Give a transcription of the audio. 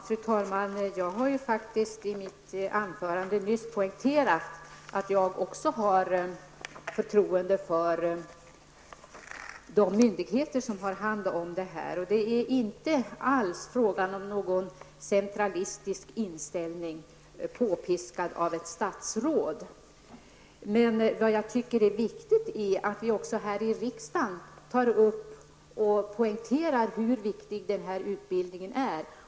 Fru talman! Jag har faktiskt i det anförande jag nyss höll poängterat att jag också har förtroende för de myndigheter som har hand om detta. Det är inte alls fråga om någon centralistisk inställning påpiskad av ett statsråd! Vad jag däremot tycker är viktigt är att vi också här i riksdagen tar upp och poängterar hur viktig utbildningen är.